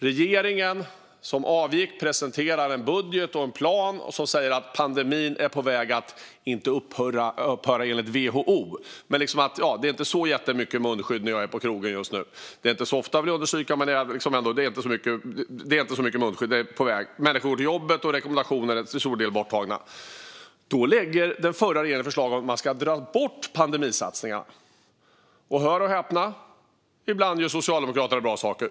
Regeringen som avgick presenterade en budget och en plan som sa att pandemin var på väg att upphöra - inte enligt WHO, men det är inte så många som har munskydd när man är på krogen just nu, och människor går till jobbet och olika rekommendationer är till stor del borttagna. Den förra regeringen lade då fram förslag om att man ska dra bort pandemisatsningarna. Och hör och häpna, ibland gör Socialdemokraterna bra saker.